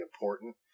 important